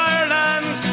Ireland